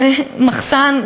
מחסן,